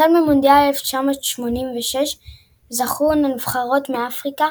החל ממונדיאל 1986 זכו הנבחרות מאפריקה,